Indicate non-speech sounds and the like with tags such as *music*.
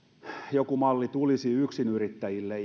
joku malli tulisi yksinyrittäjille *unintelligible*